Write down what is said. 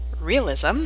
realism